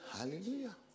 Hallelujah